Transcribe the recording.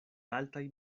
altaj